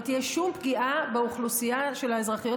לא תהיה שום פגיעה באוכלוסייה של האזרחיות